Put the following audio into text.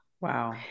Wow